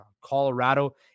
Colorado